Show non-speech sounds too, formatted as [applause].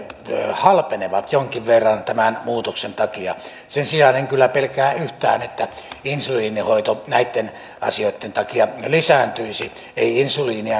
halpenevat jonkin verran tämän muutoksen takia sen sijaan en kyllä pelkää yhtään että insuliinihoito näitten asioitten takia lisääntyisi ei insuliinia [unintelligible]